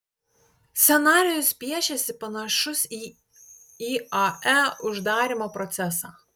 scenarijus piešiasi panašus į iae uždarymo procesą